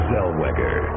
Zellweger